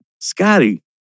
Scotty